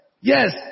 yes